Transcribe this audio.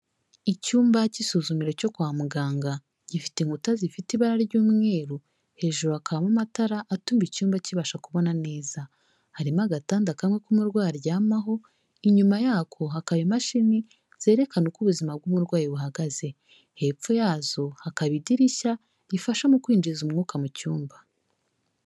Icyumba cy'isuzumiro cyo kwa muganga, gifite inkuta zifite ibara ry'umweru, hejuru hakabamo amatara atuma icyumba kibasha kubona neza, harimo agatanda kamwe k'umurwayi aryamaho, inyuma yako hakaba imashini zerekana uko ubuzima bw'umurwayi buhagaze, hepfo yazo hakaba idirishya rifasha mu kwinjiza umwuka mu cyumba.